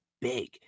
big